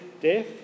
death